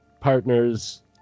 partners